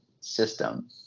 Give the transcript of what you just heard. system